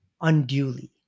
unduly